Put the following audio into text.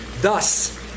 Thus